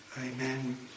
Amen